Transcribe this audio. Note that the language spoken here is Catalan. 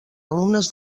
alumnes